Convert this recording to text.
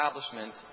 establishment